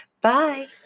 Bye